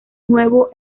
nuevo